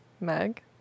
Meg